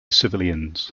civilians